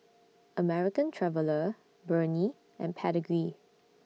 American Traveller Burnie and Pedigree